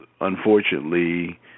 unfortunately